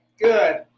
Good